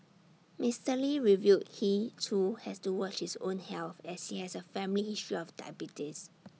Mister lee revealed he too has to watch his own health as he has A family history of diabetes